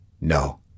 No